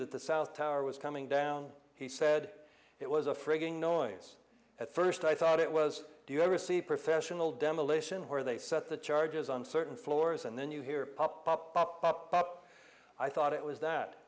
that the south tower was coming down he said it was a frigging noise at first i thought it was do you ever see professional demolition where they set the charges on certain floors and then you hear pop pop pop pop pop i thought it was that